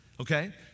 okay